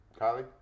Kylie